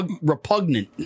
Repugnant